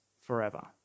forever